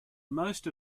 most